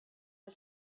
the